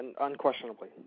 unquestionably